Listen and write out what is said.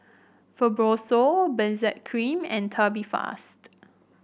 Fibrosol Benzac Cream and Tubifast